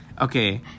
okay